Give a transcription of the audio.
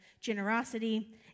generosity